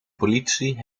politie